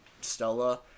Stella